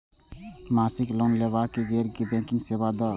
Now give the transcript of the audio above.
मासिक लोन लैवा कै लैल गैर बैंकिंग सेवा द?